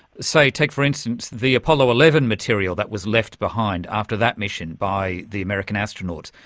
so take, for instance, the apollo eleven material that was left behind after that mission by the american astronauts,